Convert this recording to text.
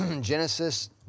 Genesis